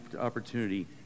opportunity